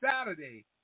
Saturday